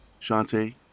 Shante